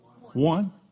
One